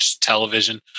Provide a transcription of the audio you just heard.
television